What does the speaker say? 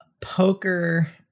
poker